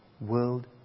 world